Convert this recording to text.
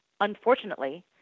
unfortunately